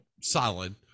solid